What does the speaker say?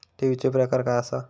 ठेवीचो प्रकार काय असा?